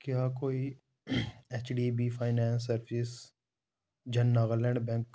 क्या कोई H D B finance services जां नागालैंड बैंक